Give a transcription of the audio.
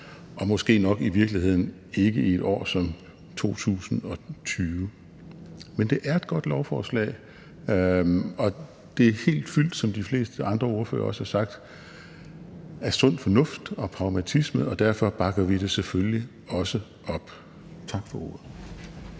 og måske nok i virkeligheden ikke i et år som 2020. Men det er et godt lovforslag, og det er helt fyldt, som de fleste andre ordførere også har sagt, af sund fornuft og pragmatisme, og derfor bakker vi det selvfølgelig også op. Tak for ordet.